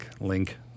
Link